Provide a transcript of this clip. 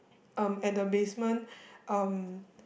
um at the basement um